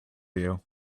you